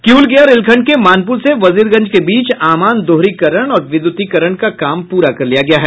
किउल गया रेलखंड के मानपूर से वजीरगंज के बीच आमान दोहरीकरण और विद्युतीकरण का काम पूरा कर लिया गया है